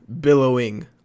billowing